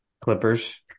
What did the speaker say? Clippers